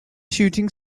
shooting